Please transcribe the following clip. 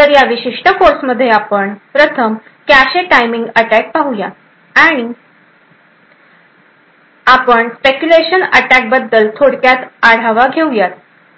तर या विशिष्ट कोर्समध्ये आपण प्रथम कॅशे टायमिंग अटॅक पाहूयाआणि आपण स्पेक्युलेशन अटॅक बद्दल थोडक्यात आढावा घेऊयात